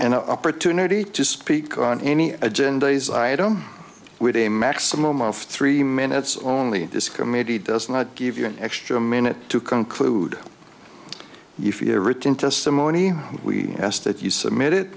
an opportunity to speak on any agenda as i don't with a maximum of three minutes only this committee does not give you an extra minute to conclude you feel a written testimony we asked that you submit